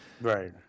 Right